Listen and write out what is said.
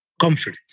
comfort